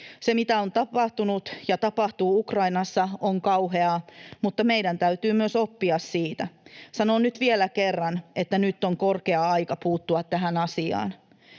Se, mitä on tapahtunut ja tapahtuu Ukrainassa, on kauheaa, mutta meidän täytyy myös oppia siitä. Sanon nyt vielä kerran, että nyt on korkea aika puuttua tähän asiaan.